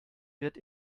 wird